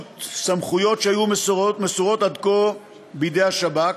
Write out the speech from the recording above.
סמכויות שהיו מסורות עד כה בידי השב"כ,